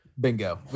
bingo